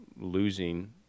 losing